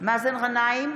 בהצבעה מאזן גנאים,